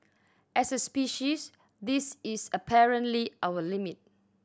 as a species this is apparently our limit